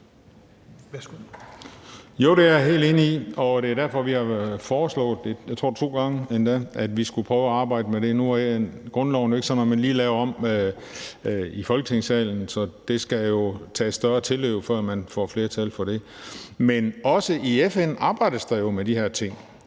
Jo, det er jeg helt enig i, og det er derfor, vi har foreslået det, to gange tror jeg endda, at vi skulle prøve at arbejde med det. Nu er grundloven jo ikke sådan noget, man lige laver om i Folketingssalen, så det skal der tages større tilløb til, før man får flertal for det. Men også i FN arbejdes der jo med de her ting,